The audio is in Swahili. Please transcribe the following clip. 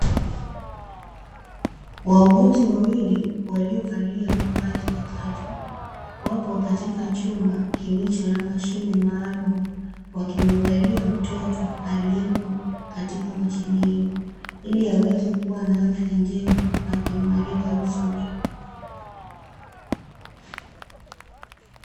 Wauguzi wawili waliovalia mavazi ya kazi, wapo katika chumba kilicho na mashine maalumu, wakimwangalia mtoto aliyepo katika mashine hiyo, ili aweze kuwa na afya njema na kuimarika vizuri.